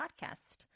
Podcast